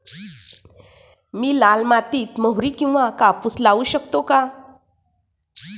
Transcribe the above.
मी लाल मातीत मोहरी किंवा कापूस लावू शकतो का?